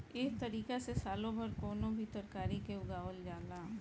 एह तारिका से सालो भर कवनो भी तरकारी के उगावल जाला